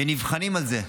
והם נבחנים על זה.